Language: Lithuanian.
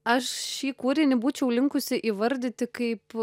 aš šį kūrinį būčiau linkusi įvardyti kaip